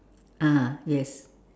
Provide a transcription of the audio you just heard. ah yes